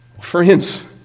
Friends